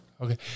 Okay